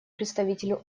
представителю